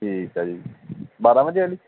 ਠੀਕ ਹੈ ਜੀ ਬਾਰ੍ਹਾਂ ਵਜੇ ਵਾਲੀ